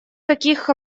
таких